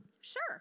Sure